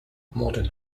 modern